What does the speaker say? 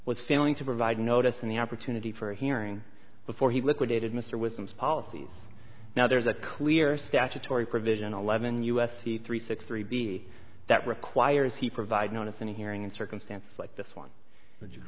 was failing to provide notice in the opportunity for a hearing before he liquidated mr wilson's policies now there's a clear statutory provision eleven u s c three six three b that requires he provide notice and a hearing in circumstances like this one which is